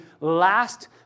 last